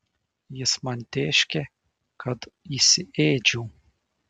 jis man tėškė kad įsiėdžiau